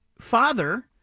father